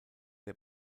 der